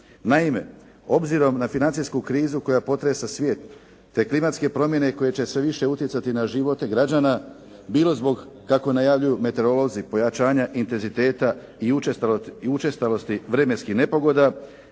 Naime, obzirom na financijsku krizu koja potresa svijet, te klimatske promjene koje će sve više utjecati na živote građana, bilo zbog, kako najavljuju meteorolozi pojačanja intenziteta i učestalosti vremenskih nepogoda,